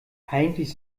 eigentlich